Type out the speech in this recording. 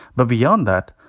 but beyond that,